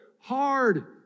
hard